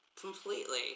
Completely